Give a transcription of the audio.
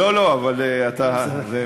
לא, לא, אבל אתה, בסדר.